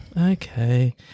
okay